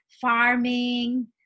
farming